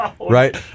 right